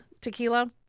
tequila